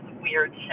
weird